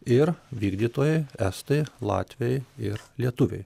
ir vykdytojai estai latviai ir lietuviai